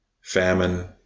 famine